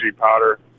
powder